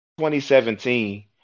2017